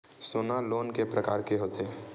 सोना लोन के प्रकार के होथे?